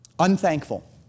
unthankful